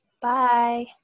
Bye